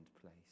place